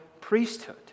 priesthood